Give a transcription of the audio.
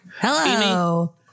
Hello